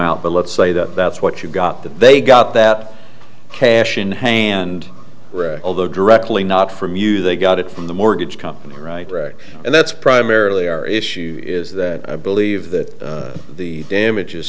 out but let's say that that's what you got that they got that cash in hand read all the directly not from you they got it from the mortgage company right right and that's primarily our issue is that i believe that the damages